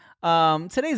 Today's